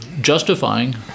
justifying